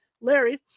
Larry